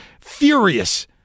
furious